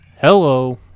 Hello